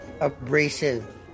abrasive